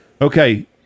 Okay